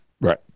right